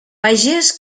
pagés